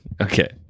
Okay